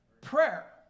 Prayer